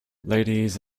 ladies